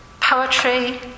poetry